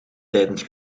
tijdens